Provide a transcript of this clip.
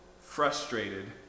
frustrated